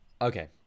okay